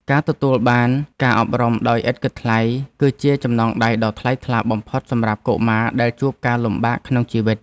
ការទទួលបានការអប់រំដោយឥតគិតថ្លៃគឺជាចំណងដៃដ៏ថ្លៃថ្លាបំផុតសម្រាប់កុមារដែលជួបការលំបាកក្នុងជីវិត។